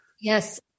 Yes